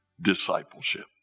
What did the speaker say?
discipleship